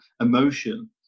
emotion